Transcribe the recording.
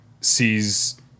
sees